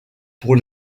pour